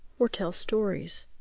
or tell stories,